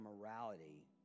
morality